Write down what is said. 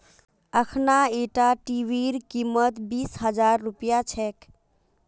अखना ईटा टीवीर कीमत बीस हजार रुपया छेक